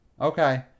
Okay